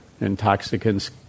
Intoxicants